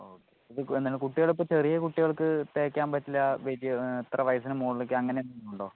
ഓ ഇതെന്നാൽ കുട്ടികൾക്കിപ്പോൾ ചെറിയ കുട്ടികൾക്ക് തേയ്ക്കാൻ പറ്റില്ല വലിയ ഇത്ര വയസിന് മുകളിലേക്ക് അങ്ങനെന്തെങ്കിലും ഉണ്ടോ